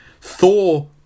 Thor